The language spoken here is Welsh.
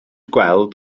gweld